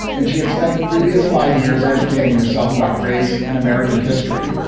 and she had spent the previous five years educating herself about race and american history.